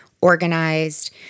organized